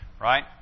right